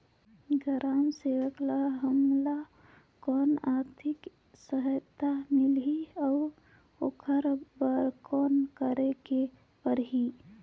ग्राम सेवक ल हमला कौन आरथिक सहायता मिलही अउ ओकर बर कौन करे के परही?